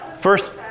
First